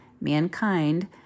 mankind